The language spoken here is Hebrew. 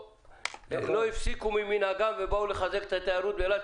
שלא הפסיקו ממנהגם ובאו לחזק את התיירות באילת,